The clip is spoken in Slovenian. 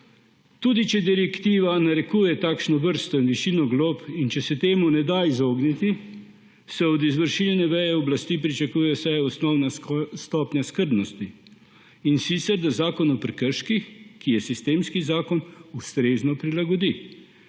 Tudi če direktiva narekuje takšno vrsto in višino glob in če se temu ne da izogniti, se od izvršilne veje oblasti pričakuje vsaj osnovna stopnja skrbnosti, in sicer da Zakon o prekrških, ki je sistemski zakon, ustrezno prilagodi,